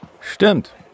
Stimmt